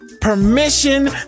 Permission